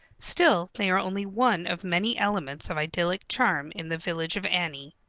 still they are only one of many elements of idyllic charm in the village of annie.